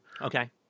Okay